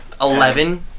eleven